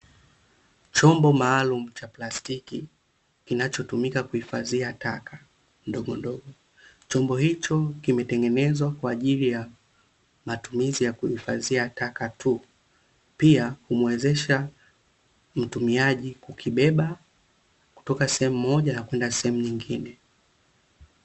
Chombo maalumu cha plastiki, kinachotumika kuhifadhia taka ndogondogo. Chombo hicho kimetengenezwa kwa ajili ya matumizi ya kuhifadhia taka tu. Pia humuwezesha mtumiaji kukibeba kutoka sehemu moja na kwenda sehemu nyingine.